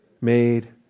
Made